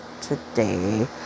today